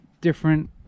different